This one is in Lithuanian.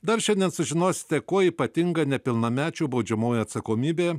dar šiandien sužinosite kuo ypatinga nepilnamečių baudžiamoji atsakomybė